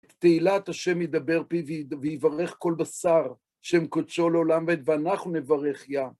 תהילת השם ידבר פי ויברך כל בשר, שם קדשו לעולם הבית, ואנחנו נברך יה.